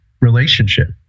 relationship